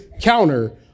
counter